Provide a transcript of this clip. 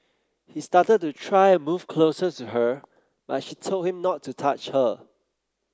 he started to try and move closer to her but she told him not to touch her